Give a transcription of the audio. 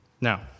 Now